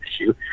issue